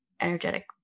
energetic